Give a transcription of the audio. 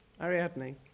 Ariadne